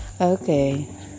okay